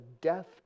death